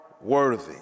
worthy